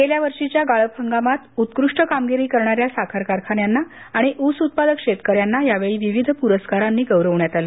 गेल्या वर्षीच्या गाळप हंगामात उत्कृष्ट कामगिरी करणाऱ्या साखर कारखान्यांना आणि ऊस उत्पादक शेतकऱ्यांना यावेळी विविध पूरस्कारांनी गौरवण्यात आलं